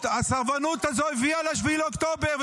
הסרבנות הזאת הביאה ל-7 באוקטובר,